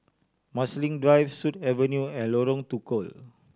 Marsiling Drive Sut Avenue and Lorong Tukol